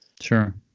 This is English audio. Sure